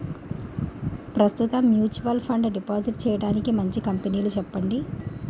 ప్రస్తుతం mutual fund deposit చేయడానికి మంచి కంపెనీలు చెప్పండి